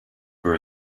for